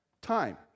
time